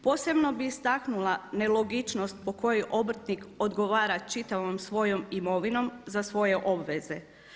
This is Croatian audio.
Posebno bih istaknula nelogičnost po kojoj obrtnik odgovara čitavom svojom imovinom za svoje obveze.